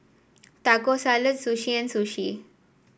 Taco Salad Sushi and Sushi